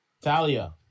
Talia